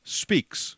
speaks